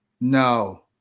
No